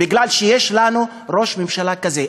בגלל שיש לנו ראש ממשלה כזה.